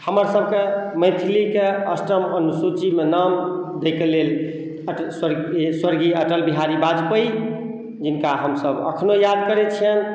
हमर सबके मैथिलीके अष्टम अनुसूचीमे नाम दै के लेल स्व स्वर्गीय अटल बिहारी वाजपेयी जिनका हमसब अखनो याद करैत छिअनि